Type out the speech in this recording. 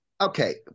okay